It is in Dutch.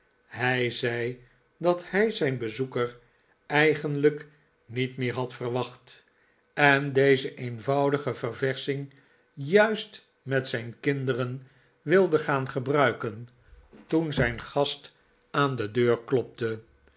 hij zei dat hij zijn bezoeker eigenlijk niet meer had verwacht en deze eenvoudige verversching juist met zijn kinderen wilde een zeer belangrijk bbz oek gaan gebruiken toen zijn gast aan de deur klopte